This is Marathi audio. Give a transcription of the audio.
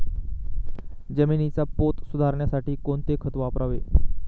जमिनीचा पोत सुधारण्यासाठी कोणते खत वापरावे?